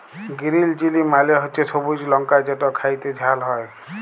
গিরিল chilli মালে হছে সবুজ লংকা যেট খ্যাইতে ঝাল হ্যয়